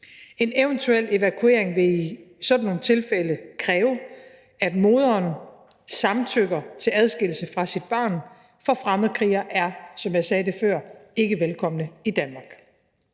En eventuel evakuering vil i sådan nogle tilfælde kræve, at moderen samtykker til adskillelse fra sit barn, for fremmedkrigere er, som jeg sagde det før, ikke velkomne i Danmark.